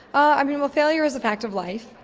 i mean well failure is a fact of life.